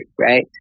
right